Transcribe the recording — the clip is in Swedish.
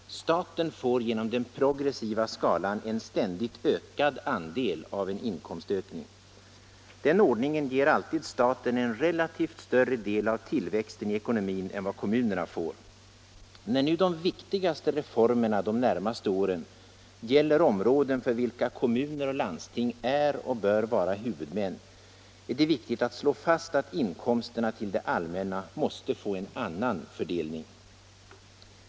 Staten får genom den progressiva skalan ständigt ökad andel av en inkomstökning. Den ordningen ger alltid staten en relativt större del av tillväxten i ekonomin än vad kommunerna får. När nu de viktigaste reformerna de närmaste åren gäller områden för vilka kommuner och landsting är och bör vara huvudmän, är det viktigt att slå fast att inkomsterna till det allmänna måste få en annan fördelning.